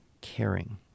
caring